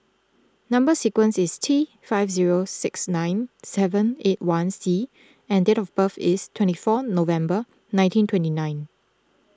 Number Sequence is T five zero six nine seven eight one C and date of birth is twenty four November nineteen twenty nine